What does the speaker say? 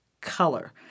color